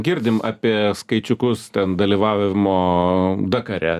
girdim apie skaičiukus ten dalyvavimo dakare